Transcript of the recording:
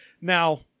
Now